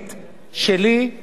חבר הכנסת חיים כץ.